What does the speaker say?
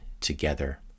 together